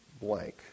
blank